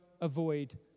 avoid